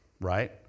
Right